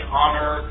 honor